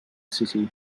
city